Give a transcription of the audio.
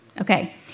Okay